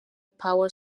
power